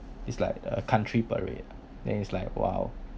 it's like a country parade then it's like !wow!